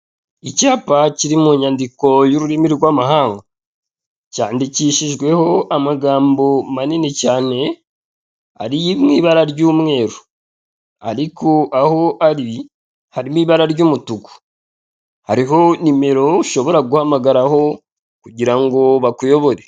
Icyapa kiri munyandiko y'ururimi rw'amahanga, cyandikishijweho amagambo manini cyane ari mw'ibara ry'umweru ariko aho ari harimo ibara ry'umutuku. Hariho nimero ushobora guhamagaraho kugirango bakuyobore.